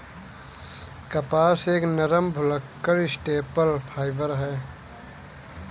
कपास एक नरम, भुलक्कड़ स्टेपल फाइबर है